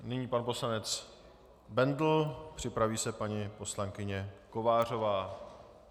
Nyní pan poslanec Bendl, připraví se paní poslankyně Kovářová.